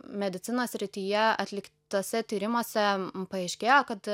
medicinos srityje atliktuose tyrimuose paaiškėjo kad